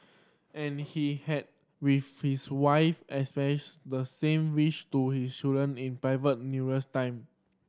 and he had with his wife expressed the same wish to his children in private numerous time